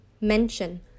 Mention